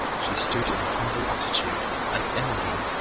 she stood in a humble attitude, and emmeline,